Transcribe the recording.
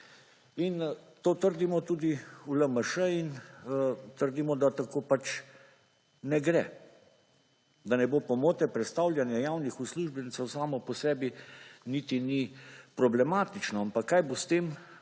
In to trdimo tudi v LMŠ in trdimo, da tako pač ne gre. Da ne bo pomote, prestavljanje javnih uslužbencev samo po sebi niti ni problematično, ampak kaj bo s tem